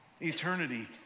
Eternity